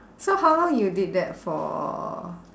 so how long you did that for